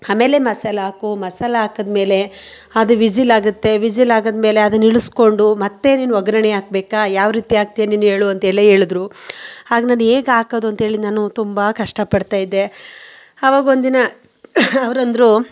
ಆಮೇಲೆ ಮಸಾಲ ಹಾಕು ಮಸಾಲ ಹಾಕಿದ್ಮೇಲೆ ಅದು ವಿಸಿಲ್ ಆಗುತ್ತೆ ವಿಸಿಲ್ ಆಗಿದ್ಮೇಲೆ ಅದನ್ನ ಇಳಿಸಿಕೊಂಡು ಮತ್ತೆ ನೀನು ಒಗ್ಗರಣೆ ಹಾಕಬೇಕಾ ಯಾವ ರೀತಿ ಹಾಕ್ತೀಯ ನೀನೇಳು ಅಂತ ಎಲ್ಲ ಹೇಳಿದರು ಆಗ ನಾನು ಹೇಗೆ ಹಾಕೋದು ಅಂಥೇಳಿ ನಾನು ತುಂಬ ಕಷ್ಟ ಪಡ್ತಾಯಿದ್ದೆ ಆವಾಗೊಂದಿನ ಅವರಂದ್ರೂ